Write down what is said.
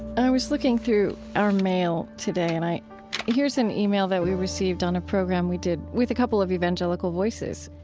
i was looking through our mail today, and here's here's an ah e-mail that we received on a program we did with a couple of evangelical voices.